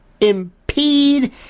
impede